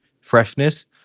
freshness